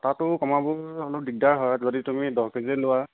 কটাতো কমাব অলপ দিগদাৰ হয় যদি তুমি দহ কেজি লোৱা